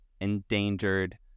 endangered